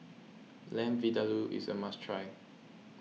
Lamb Vindaloo is a must try